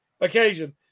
occasion